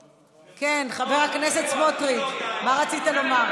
כן, חבר הכנסת סמוטריץ', מה רצית לומר?